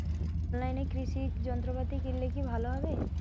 অনলাইনে কৃষি যন্ত্রপাতি কিনলে কি ভালো হবে?